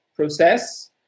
Process